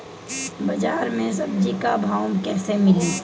बाजार मे सब्जी क भाव कैसे मिली?